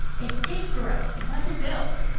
it did grow it wasn't built!